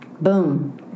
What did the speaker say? Boom